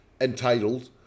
entitled